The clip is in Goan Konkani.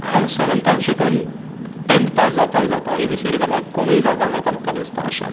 हांव सॅवँतान शिकोन टँत पास जावपाक जाता एबीसीडी जाल्या कोणूय जावपाक जाता म्हाका दिसता अशें